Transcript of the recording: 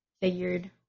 figured